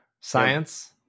science